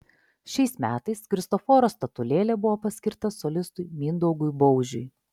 šiais metais kristoforo statulėlė buvo paskirta solistui mindaugui baužiui